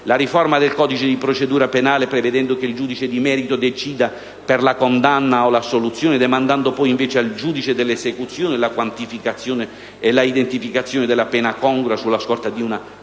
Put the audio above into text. riformare il codice di procedura penale, prevedendo che il giudice di merito decida per la condanna o l'assoluzione, demandando al giudice della esecuzione la quantificazione e l'identificazione della pena congrua, sulla scorta di una analisi